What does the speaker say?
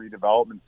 redevelopment